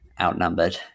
outnumbered